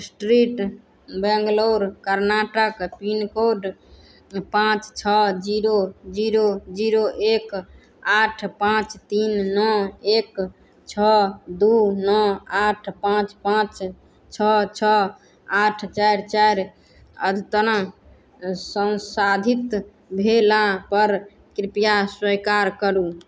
street Bangalore Karnataka pincode पाँच छओ zero zero zero एक आठ पाँच तीन नओ एक छओ दू नओ आठ पाँच पाँच छओ छओ आठ चारि चारि अद्यतन संसाधित भेला पर कृपया स्वीकार करू